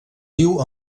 viu